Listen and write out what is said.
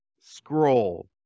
scroll